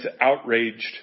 outraged